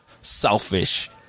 selfish